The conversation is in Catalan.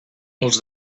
els